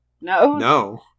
No